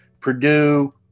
Purdue